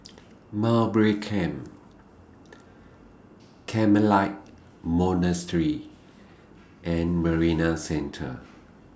Mowbray Camp Carmelite Monastery and Marina Centre